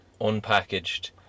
unpackaged